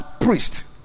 priest